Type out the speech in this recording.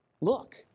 look